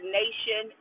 nation